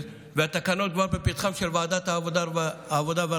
והתקנות הן כבר בפתחה של ועדת העבודה והרווחה,